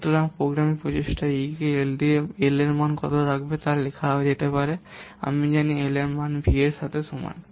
সুতরাং প্রোগ্রামিং প্রচেষ্টা E কে L এর মান কতটা রাখবে তা লেখা যেতে পারে আমরা জানি L এর মান V এর সাথে সমান